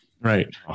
Right